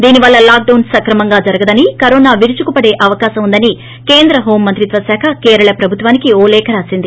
దీనివల్ల లాక్డాన్ సక్రమంగా జరగదని కరోనా విరుచుకుపడే అవకాశం ఉందని కేంద్ర హోం మంత్రిత్వ శాఖ కేరళ ప్రభుత్వానికే ఓ లేఖ రాసింది